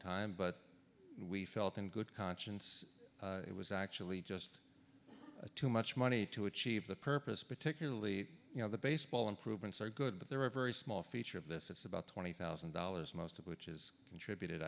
time but we felt in good conscience it was actually just too much money to achieve the purpose particularly you know the baseball improvements are good but they're a very small feature of this it's about twenty thousand dollars most of which is contributed